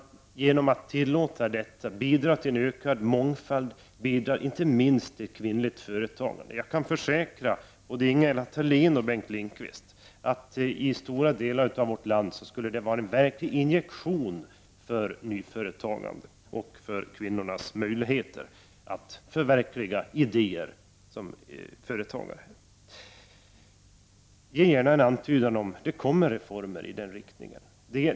Genom att tillåta detta bidrar man till en ökad mångfald och inte minst till kvinnligt företagande. Jag kan försäkra både Ingela Thalén och Bengt Lindqvist att det i stora delar av vårt land skulle vara en verklig injektion för nyföretagandet och kvinnornas möjligheter att förverkliga idéer som företagare. Ge gärna en antydan om att det kommer reformer i den riktningen!